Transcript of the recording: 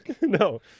No